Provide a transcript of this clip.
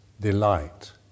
delight